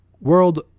World